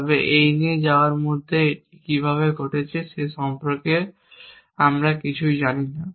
তবে এই নিয়ে যাওয়ার মধ্যে এটি কীভাবে রয়েছে সে সম্পর্কে আমরা আমার কিছুই জানি না